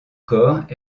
corps